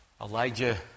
Elijah